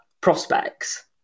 Prospects